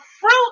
fruit